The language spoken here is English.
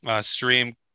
stream